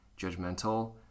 judgmental